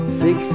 six